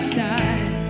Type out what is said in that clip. time